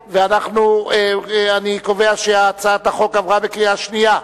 אני קובע שהצעת החוק עברה בקריאה שנייה.